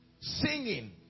singing